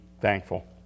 thankful